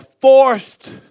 forced